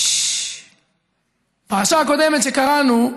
בפרשה הקודמת שקראנו,